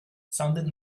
sounded